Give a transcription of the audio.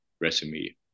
resume